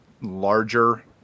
larger